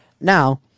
Now